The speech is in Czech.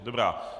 Dobrá.